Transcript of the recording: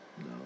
No